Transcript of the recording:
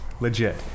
legit